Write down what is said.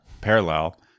parallel